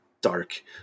dark